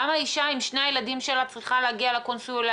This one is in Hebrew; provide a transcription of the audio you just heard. למה אישה עם שני הילדים שלה צריכה להגיע לקונסוליה,